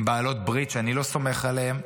עם בעלות ברית שאני לא סומך עליהן,